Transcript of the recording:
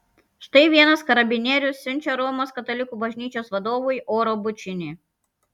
štai vienas karabinierius siunčia romos katalikų bažnyčios vadovui oro bučinį